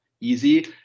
easy